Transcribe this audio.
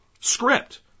script